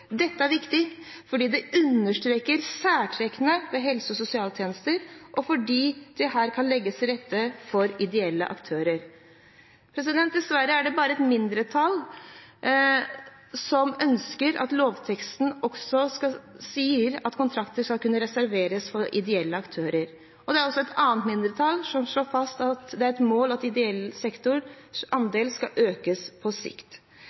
Dette er viktig, fordi det understreker særtrekkene ved helse- og sosialtjenester, og fordi det her kan legges til rette for ideelle aktører. Dessverre er det bare et mindretall som ønsker at lovteksten også skal si at kontrakter skal kunne reserveres for ideelle aktører. Det er også et annet mindretall som slår fast at det er et mål at ideell sektors andel skal økes på sikt.